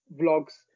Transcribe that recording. vlogs